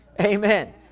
Amen